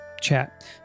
Chat